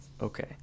okay